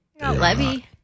Levy